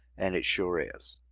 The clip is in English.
and it sure is.